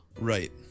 Right